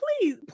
please